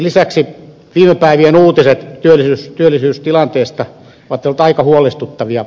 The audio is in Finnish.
lisäksi viime päivien uutiset työllisyystilanteesta ovat olleet aika huolestuttavia